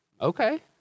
okay